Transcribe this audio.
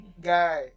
guy